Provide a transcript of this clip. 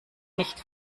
nicht